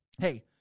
Hey